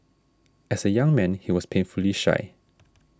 as a young man he was painfully shy